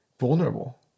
vulnerable